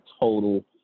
total